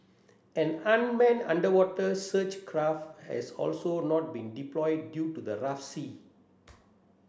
an unmanned underwater search craft has also not been deployed due to the rough sea